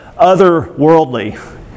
otherworldly